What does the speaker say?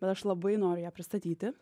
bet aš labai noriu ją pristatyti